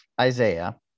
Isaiah